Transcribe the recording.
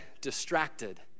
distracted